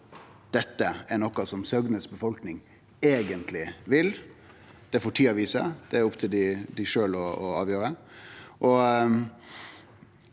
dette er noko Søgnes befolkning eigentleg vil. Det får tida vise. Det er opp til dei sjølve å avgjere.